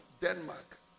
Denmark